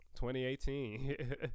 2018